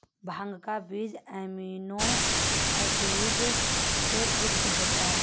भांग का बीज amino acid से युक्त होता है